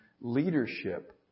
leadership